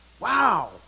Wow